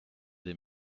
des